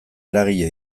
eragile